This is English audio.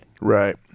Right